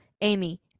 amy